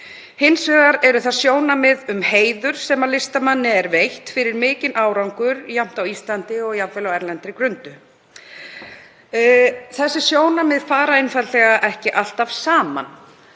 Hins vegar eru það sjónarmið um heiður sem listamanni er veittur fyrir mikinn árangur, jafnt á Íslandi og jafnvel á erlendri grundu. Þessi sjónarmið fara einfaldlega ekki alltaf saman